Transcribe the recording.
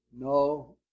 No